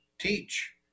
teach